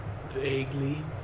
Vaguely